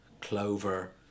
clover